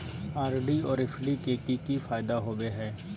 RD और FD के की फायदा होबो हइ?